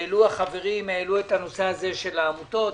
העלו החברים את הנושא הזה של העמותות,